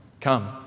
Come